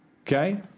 okay